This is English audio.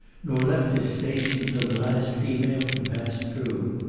nor left his station, till the last female had passed through.